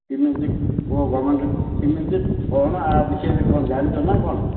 କେମିତି କେଉଁ ଗଭର୍ଣ୍ଣମେଣ୍ଟ କିମିତି କ'ଣ ଆ ବିଷୟରେ କ'ଣ ଜାଣିଛ ନା କ'ଣ